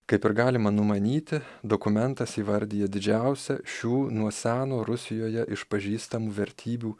kaip ir galima numanyti dokumentas įvardija didžiausią šių nuo seno rusijoje išpažįstamų vertybių